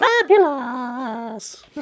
fabulous